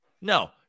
No